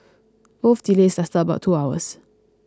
both delays lasted about two hours